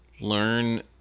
learn